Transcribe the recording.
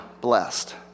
blessed